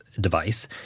device